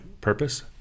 purpose